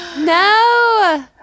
No